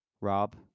Rob